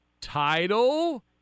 Title